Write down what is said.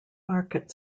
market